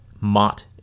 Mott